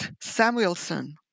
Samuelson